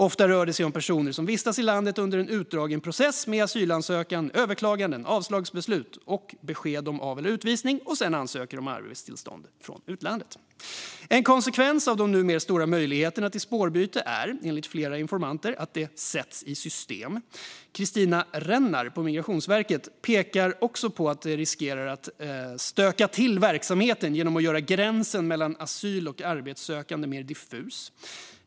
Ofta rör det sig om personer som vistats i landet under en utdragen process med asylansökan, överklaganden, avslagsbeslut och besked om av eller utvisning - och sedan ansöker om arbetstillstånd från utlandet." Vidare: "En konsekvens av de numer stora möjligheterna till spårbyte är, enligt flera informanter, att det sätts i system. Kristina Rännar, Migrationsverket, pekar också på att det riskerar att stöka till verksamheten genom att göra gränsen mellan att vara asyl och arbetssökande mer diffus.